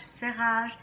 serrage